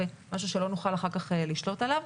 משהו שאחר כך לא נוכל לשלוט עליו.